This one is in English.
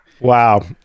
wow